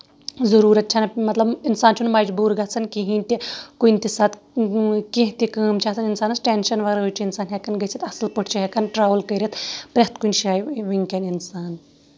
ضروٗرت چھنہٕ مطلب اِنسان چھنہٕ مجبوٗر گژھان کِہینۍ تہِ کُنہِ تہِ ساتہٕ کینٛہہ تہِ کٲم چھےٚ آسان اِسانَس ٹینشن وَرٲے چھُ اِنسان ہٮ۪کان گٔژھِتھ اَصٕل پٲٹھۍ چھُ ہٮ۪کان ٹرٛوٕل کٔرِتھ پرٮ۪تھ کُنہِ جایہِ وٕنکیٚن اِنسان